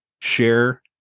share